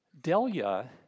Delia